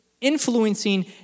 influencing